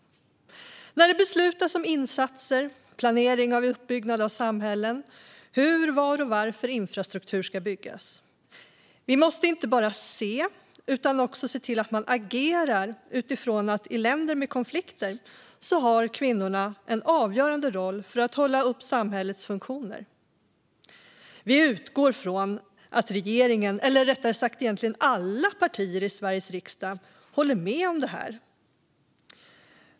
Det gäller när det beslutas om insatser, när det beslutas om planering av uppbyggnad av samhällen och när det gäller hur, var och varför infrastruktur ska byggas. Vi måste inte bara se att kvinnorna har en avgörande roll för att hålla samhällets funktioner uppe i länder med konflikter, utan vi måste också se till att agera utifrån det. Vi utgår från att regeringen, eller rättare sagt alla partier i Sveriges riksdag, håller med om detta.